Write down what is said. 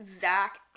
Zach